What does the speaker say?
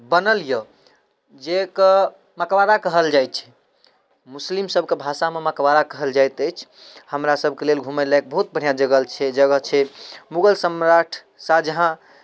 बनल यऽ जैके मकबरा कहल जाइ छै मुस्लिम सबके भाषामे मकबरा कहल जाइत अछि हमरा सबके लेल घुमै लायक बहुत बढ़िआँ जगह छै जगह छै मुगल सम्राट शाहजहाँ